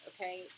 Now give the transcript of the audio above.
Okay